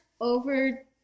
Over